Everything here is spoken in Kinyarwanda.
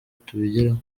tubigereho